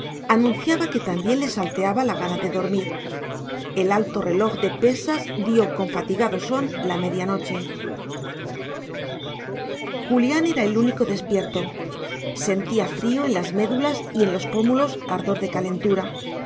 anunciaba que también le salteaba la gana de dormir el alto reloj de pesas dio con fatigado son la medianoche julián era el único despierto sentía frío en las médulas y en los pómulos ardor de calentura